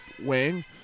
wing